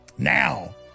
Now